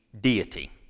deity